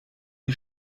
die